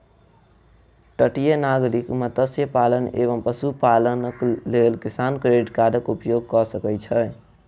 तटीय नागरिक मत्स्य पालन एवं पशुपालनक लेल किसान क्रेडिट कार्डक उपयोग कय सकै छै